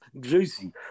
Juicy